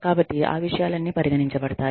కాబట్టి ఆ విషయాలన్నీ పరిగణించబడతాయి